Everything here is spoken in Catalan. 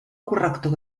corrector